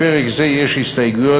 לפרק זה יש הסתייגות.